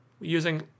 using